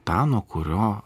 tą nuo kurio